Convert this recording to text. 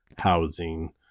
housing